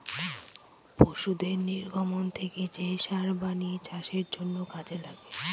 পশুদের নির্গমন থেকে যে সার বানিয়ে চাষের জন্য কাজে লাগে